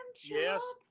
Yes